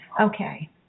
Okay